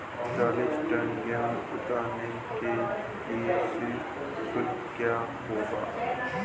चालीस टन गेहूँ उतारने के लिए श्रम शुल्क क्या होगा?